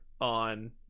on